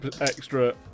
extra